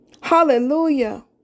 Hallelujah